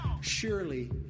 Surely